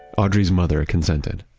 audrey's mother consented.